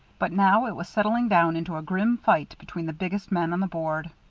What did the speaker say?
but now it was settling down into a grim fight between the biggest men on the board.